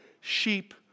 sheep